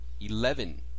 Eleven